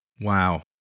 Wow